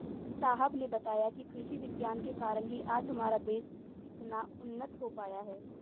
साहब ने बताया कि कृषि विज्ञान के कारण ही आज हमारा देश इतना उन्नत हो पाया है